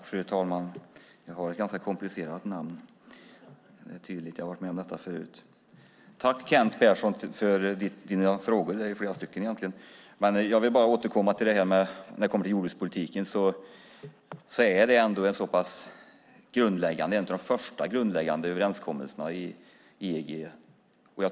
Fru talman! Tack, Kent Persson, för dina frågor! Jag vill bara återkomma till jordbrukspolitiken, som EG hade en av de första grundläggande överenskommelserna om.